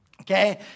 Okay